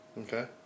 okay